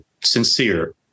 sincere